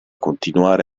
continuare